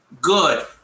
good